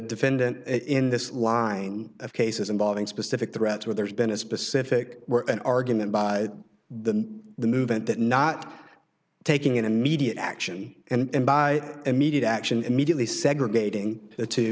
defendant in this line of cases involving specific threats where there's been a specific an argument by the movement that not taking immediate action and by immediate action immediately segregating the two